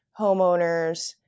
homeowners